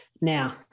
Now